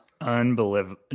Unbelievable